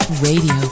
Radio